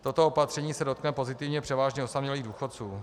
Toto opatření se dotkne pozitivně převážně osamělých důchodců.